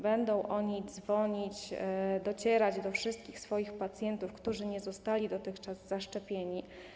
Będą oni dzwonić, docierać do wszystkich swoich pacjentów, którzy nie zostali dotychczas zaszczepieni.